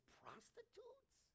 prostitutes